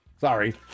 Sorry